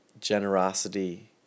generosity